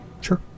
Sure